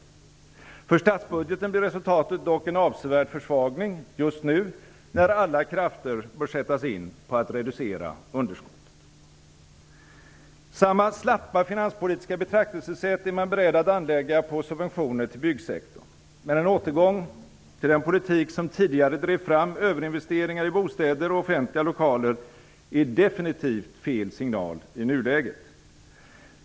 För statsbudgeten blir resultatet dock en avsevärd försvagning just nu när alla krafter bör sättas in på att reducera underskottet. Samma slappa finanspolitiska betraktelsesätt är man beredd att anlägga på subventioner till byggsektorn. Men en återgång till den politik som tidigare drev fram överinvesteringar i bostäder och offentliga lokaler är definitivt fel signal i nuläget.